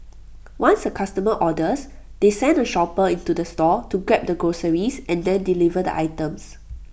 once A customer orders they send A shopper into the store to grab the groceries and then deliver the items